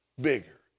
bigger